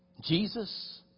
Jesus